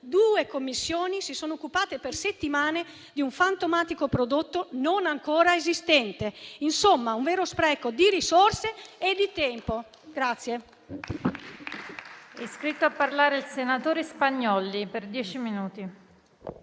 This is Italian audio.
due Commissioni si sono occupate per settimane di un fantomatico prodotto non ancora esistente, con un vero spreco di risorse e di tempo.